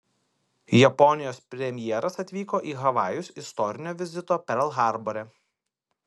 japonijos premjeras atvyko į havajus istorinio vizito perl harbore